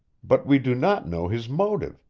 but we do not know his motive,